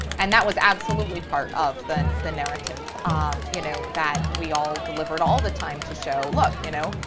and that was absolutely part of the the narrative um you know that we all delivered all the time to show look, you know,